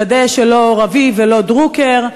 לוודא שלא רביב ולא דרוקר,